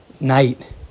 night